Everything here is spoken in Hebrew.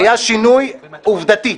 היה שינוי עובדתית.